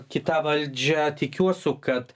kita valdžia tikiuosi kad